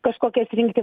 kažkokias rinkti